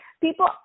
people